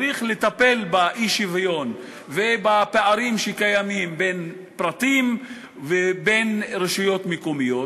צריך לטפל באי-שוויון ובפערים שקיימים בין פרטים ובין רשויות מקומיות,